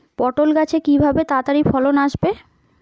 পটল গাছে কিভাবে তাড়াতাড়ি ফলন আসবে?